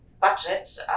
budget